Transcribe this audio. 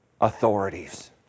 authorities